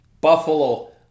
Buffalo